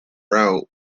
route